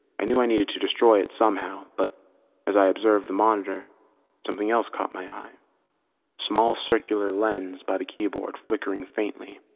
i knew i needed to destroy it somehow, but as i observed the monitor something else caught my eye. a small, circular lens by the keyboard flickered faintly.